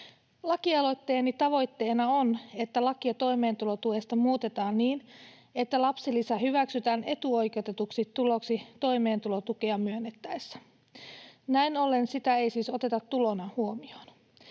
Lakialoitteeni tavoitteena on, että lakia toimeentulotuesta muutetaan niin, että lapsilisä hyväksytään etuoikeutetuksi tuloksi toimeentulotukea myönnettäessä. Näin ollen sitä ei siis oteta tulona huomioon.